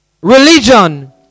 Religion